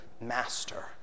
master